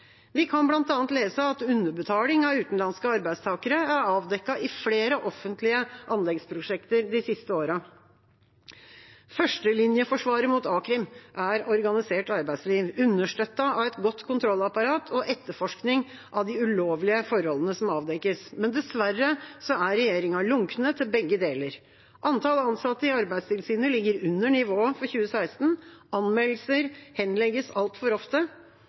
Vi kan bl.a. lese at underbetaling av utenlandske arbeidstakere er avdekket i flere offentlige anleggsprosjekter de siste årene. Førstelinjeforsvaret mot a-krim er et organisert arbeidsliv, understøttet av et godt kontrollapparat og etterforskning av de ulovlige forholdene som avdekkes. Dessverre er regjeringa lunken til begge deler. Antall ansatte i Arbeidstilsynet ligger under nivået for 2016. Anmeldelser henlegges altfor ofte.